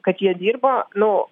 kad jie dirba nu